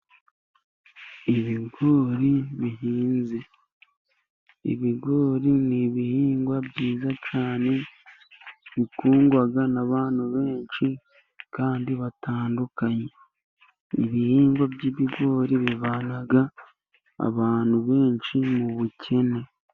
Ibigori bihinze, ibigori ni ibihingwa byiza cyane bikundwa n'abantu benshi kandi batandukanye, ibihingwa by'ibigori bivana abantu benshi mu bukene.